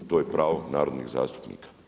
To je pravo narodnih zastupnika.